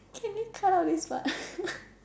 can we cut out this part